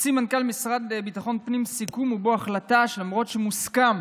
הוציא מנכ"ל משרד ביטחון הפנים סיכום ובו החלטה שלמרות שמוסכם